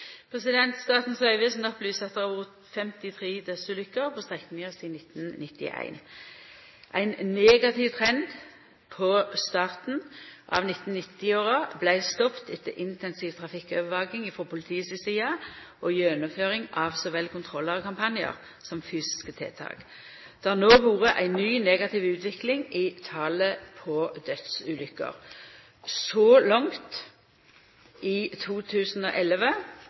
Statens vegvesen opplyser at det har vore 53 dødsulukker på strekninga sidan 1991. Ein negativ trend på starten av 1990-åra vart stoppa etter intensiv trafikkovervaking frå politiet si side og gjennomføring av så vel kontrollar og kampanjar som fysiske tiltak. Det har no vore ei ny negativ utvikling i talet på dødsulukker. Så langt i 2011,